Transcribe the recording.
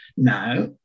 Now